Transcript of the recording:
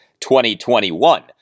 2021